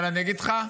אבל אני אגיד לך,